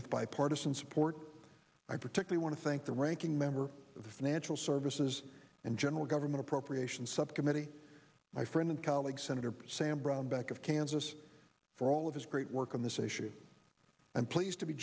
with bipartisan support i particularly want to thank the ranking member of the financial services and general government appropriations subcommittee my friend and colleague senator sam brownback of kansas for all of his great work on this issue i'm pleased to be